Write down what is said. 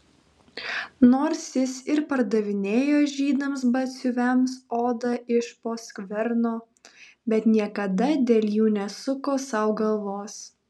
nors jis ir pardavinėjo žydams batsiuviams odą iš po skverno bet niekada dėl jų nesuko sau galvos